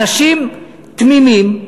אנשים תמימים,